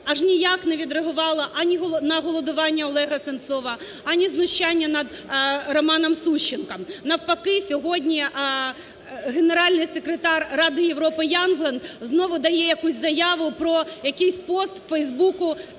аж ніяк не відреагувала ані на голодування Олега Сенцова, ані знущання над Романом Сущенком. Навпаки сьогодні Генеральний секретар Ради Європи Ягланд знову дає якусь заяву про якійсь пост у Фейсбуці